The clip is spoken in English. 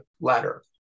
ladder